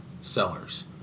sellers